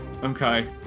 okay